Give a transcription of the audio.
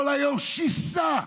כל היום שיסה,